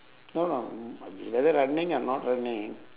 no no mm whether running or not running